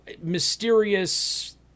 mysterious